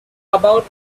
about